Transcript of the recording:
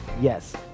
Yes